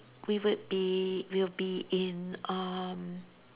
we would be we'll be in um